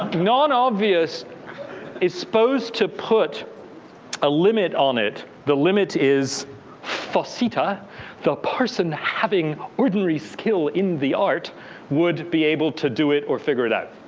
non-obvious is supposed to put a limit on it. the limit is unintelligible. so but the person having ordinary skill in the art would be able to do it or figure it out.